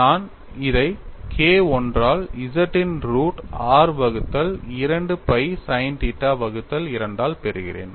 நான் இதை K I ஆல் G இன் ரூட் r வகுத்தல் 2 pi sin θ வகுத்தல் 2 ஆல் பெறுகிறேன்